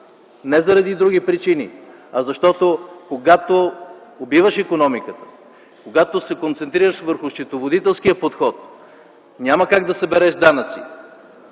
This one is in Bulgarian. не заради други причини, а защото когато убиваш икономиката, когато се концентрираш върху счетоводителския подход, няма как да събереш данъци.